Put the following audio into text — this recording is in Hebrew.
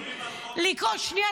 שנייה,